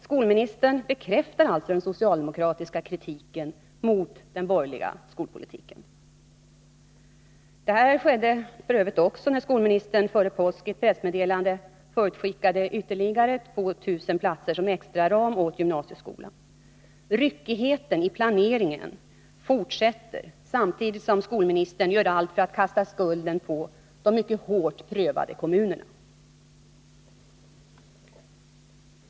Skolministern bekräftar alltså den socialdemokratiska kritiken mot den borgerliga skolpolitiken. Detta skedde f. ö. också när skolministern före påsk i ett pressmeddelande förutskickade ytterligare 2 000 platser som extra ram åt gymnasieskolan. Ryckigheten i planeringen fortsätter, samtidigt som skolministern gör allt för att kasta skulden på de mycket hårt prövade kommunerna.